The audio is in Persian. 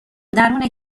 درون